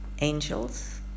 angels